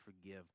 forgive